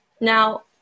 Now